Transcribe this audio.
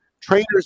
trainers